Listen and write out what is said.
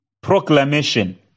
proclamation